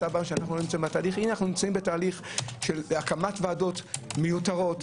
אנחנו נמצאים בתהליך של הקמת ועדות מיותרות.